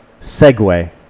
Segway